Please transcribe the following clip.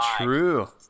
true